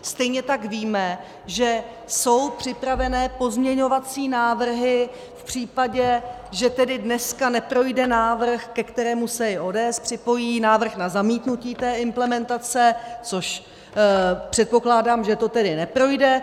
Stejně tak víme, že jsou připravené pozměňovací návrhy v případě, že tedy dneska neprojde návrh, ke kterému se i ODS připojí, návrh na zamítnutí té implementace, což předpokládám, že to tedy neprojde.